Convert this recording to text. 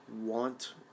want